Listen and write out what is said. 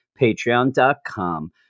patreon.com